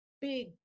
big